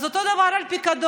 אז אותו הדבר על הפיקדון.